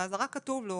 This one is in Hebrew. אז באזהרה כתוב לו,